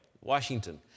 Washington